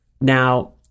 Now